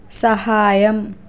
సహాయం